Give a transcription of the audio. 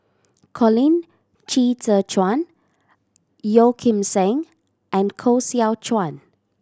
Colin Qi Zhe Quan Yeo Kim Seng and Koh Seow Chuan